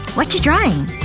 what you drawing?